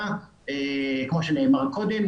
כמו שנאמר קודם,